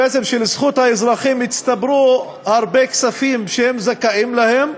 שלזכות האזרחים הצטברו הרבה כספים שהם זכאים להם,